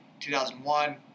2001